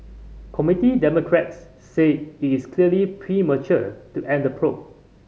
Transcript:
Committee Democrats say it is clearly premature to end the probe